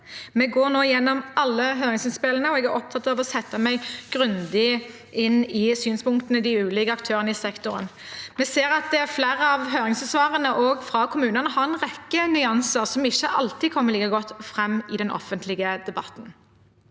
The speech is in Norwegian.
Vi går nå gjennom alle høringsinnspillene, og jeg er opptatt av å sette meg grundig inn i synspunktene til de ulike aktørene i sektoren. Vi ser at flere av høringssvarene også fra kommunene har en rekke nyanser som ikke alltid kommer like godt fram i den offentlige debatten.